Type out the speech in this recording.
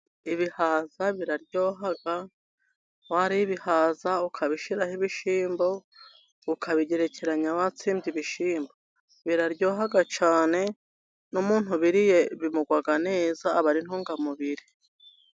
Ibihaza biraryoha. Wariye ibihaza ukabishyiraho ibishyimbo, ukabigerekeranya watsimbye ibishyimbo, biraryoha cyane. N'umuntu ubiriye bimugwa neza aba ari intungamubiri.